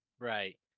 Right